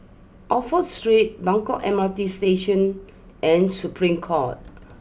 Oxford Street Buangkok M R T Station and Supreme court